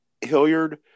Hilliard